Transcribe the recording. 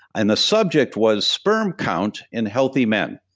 and the subject was sperm count in healthy men,